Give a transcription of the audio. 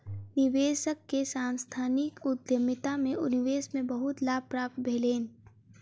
निवेशक के सांस्थानिक उद्यमिता में निवेश से बहुत लाभ प्राप्त भेलैन